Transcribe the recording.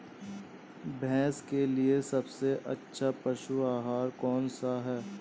भैंस के लिए सबसे अच्छा पशु आहार कौन सा है?